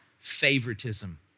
favoritism